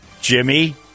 Jimmy